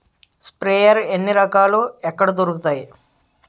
Sprayer ఎన్ని రకాలు? ఎక్కడ దొరుకుతాయి?